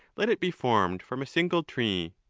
let it be formed from a single tree.